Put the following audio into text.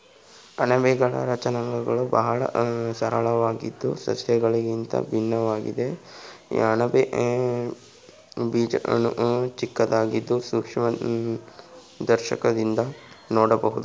ಅಣಬೆಗಳ ರಚನಾಂಗಗಳು ಬಹಳ ಸರಳವಾಗಿದ್ದು ಸಸ್ಯಗಳಿಗಿಂತ ಭಿನ್ನವಾಗಿದೆ ಅಣಬೆ ಬೀಜಾಣು ಚಿಕ್ಕದಾಗಿದ್ದು ಸೂಕ್ಷ್ಮದರ್ಶಕದಿಂದ ನೋಡ್ಬೋದು